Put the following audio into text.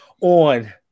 on